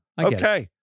Okay